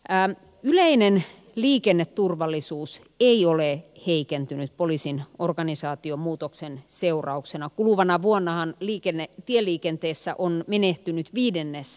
ääni nainen liikenneturvallisuus ei ole heikentynyt poliisin organisaatiomuutoksen seurauksena kuluvana vuonna on liikenne tieliikenteessä on menehtynyt viidennes